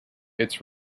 its